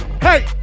hey